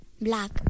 Black